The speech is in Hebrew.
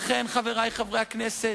לכן, חברי חברי הכנסת,